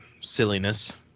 silliness